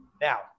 Now